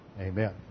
Amen